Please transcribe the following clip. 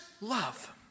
love